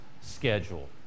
schedule